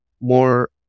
more